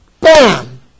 bam